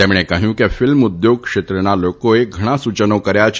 તેમણે કહ્યું કે ફિલ્મ ઉદ્યોગ ક્ષેત્રના લોકોએ ઘણા સુચનો કર્યા છે